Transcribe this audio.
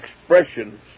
expressions